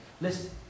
Listen